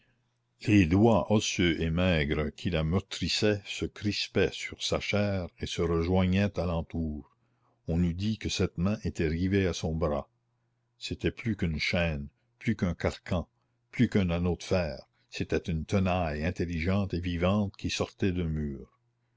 les doigts osseux et maigres qui la meurtrissaient se crispaient sur sa chair et se rejoignaient à l'entour on eût dit que cette main était rivée à son bras c'était plus qu'une chaîne plus qu'un carcan plus qu'un anneau de fer c'était une tenaille intelligente et vivante qui sortait d'un mur